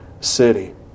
city